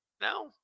No